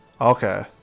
Okay